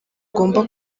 agomba